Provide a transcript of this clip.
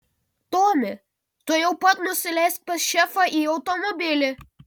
tomi tuojau pat nusileisk pas šefą į automobilį